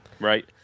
right